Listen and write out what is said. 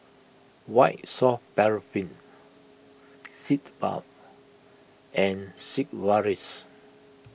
White Soft Paraffin Sitz Bath and Sigvaris